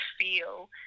feel